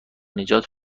نجات